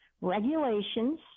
regulations